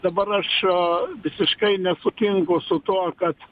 dabar aš visiškai nesutinku su tuo kad